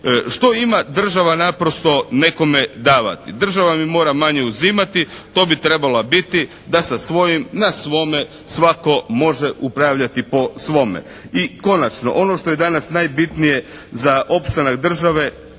Što ima država naprosto nekome davati. Država mi mora manje uzimati. To bi trebala biti da sa svojim na svome svatko može upravljati po svome. I konačno ono što je danas najbitnije za opstanak države,